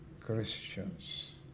Christians